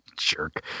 jerk